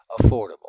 affordable